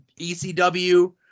ECW